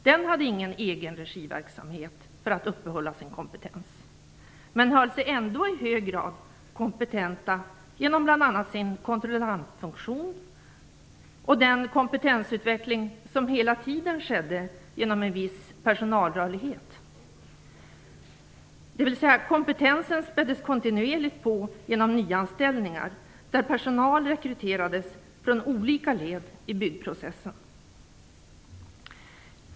Den hade ingen egen regiverksamhet för att upprätthålla sin kompetens men höll sig ändå i hög grad med kompetens genom bl.a. sin kontrollfunktion och den kompetensutveckling som hela tiden skedde genom en viss personalrörlighet. Kompetensen späddes kontinuerligt på genom nyanställningar, och personal rekryterades från olika led i byggprocessen.